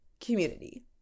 community